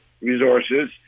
resources